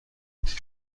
بود